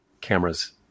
cameras